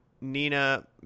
Nina